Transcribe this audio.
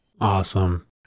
Awesome